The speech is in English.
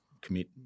commit